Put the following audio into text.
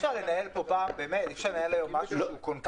אי אפשר לנהל היום משהו קונקרטי?